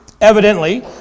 evidently